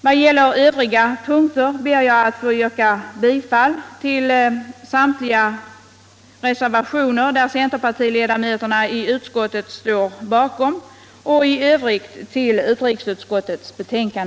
Vad gäller övriga punkter ber jag att få yrka bifall till samtliga reservationer som centerpartiledamöterna i utskottet står bakom och i övrigt till utrikesutskottets hemställan.